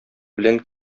белән